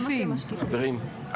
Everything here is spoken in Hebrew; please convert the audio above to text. חברים,